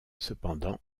cependant